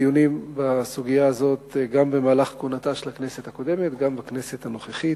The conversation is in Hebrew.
דיונים בסוגיה הזאת גם במהלך כהונתה של הכנסת הקודמת וגם בכנסת הנוכחית,